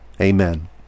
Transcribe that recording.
amen